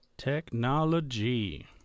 Technology